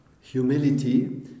humility